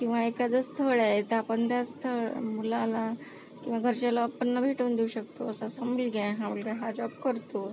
किंवा एखादं स्थळ आहे तर आपण त्या स्थळ मुलाला किंवा घरच्या लोकांना भेटवून देऊ शकतो असा असा मुलगा आहे हा मुलगा हा जॉब करतो